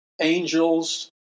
angels